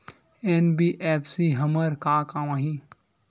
NBFC हमर का काम आही?